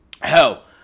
Hell